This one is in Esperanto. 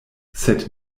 sed